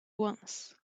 once